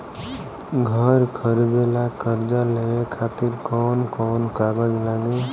घर खरीदे ला कर्जा लेवे खातिर कौन कौन कागज लागी?